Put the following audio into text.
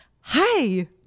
hi